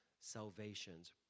salvations